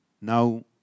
now